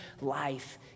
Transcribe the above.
life